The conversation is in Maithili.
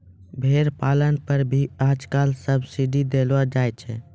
भेड़ पालन पर भी आजकल सब्सीडी देलो जाय छै